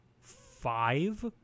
five